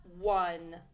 one